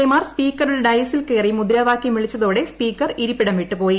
A മാർ സ്പീക്കറുടെ ഡയസിൽ കയറി മുദ്രാവാകൃം വിളിച്ചതോടെ സ്പീക്കർ ഇരിപ്പിടം വിട്ടുപോയി